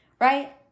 right